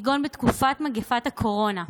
כגון בתקופת מגפת הקורונה.